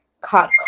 caught